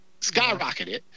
skyrocketed